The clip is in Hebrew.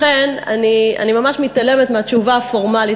לכן אני ממש מתעלמת מהתשובה הפורמלית,